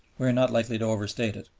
we are not likely to overstate it.